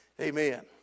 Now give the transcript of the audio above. Amen